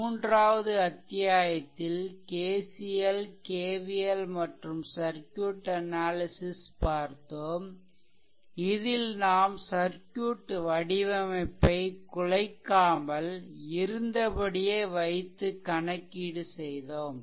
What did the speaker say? மூன்றாவது அத்தியாயத்தில் KCL KVL மற்றும் சர்க்யூட் அனாலிசிஷ் பார்த்தோம் இதில் நாம் சர்க்யூட்டின் வடிவமைப்பை குலைக்காமல் இருந்தபடியே வைத்து கணக்கீடு செய்தோம்